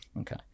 Okay